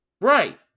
right